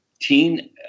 teen